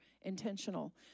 intentional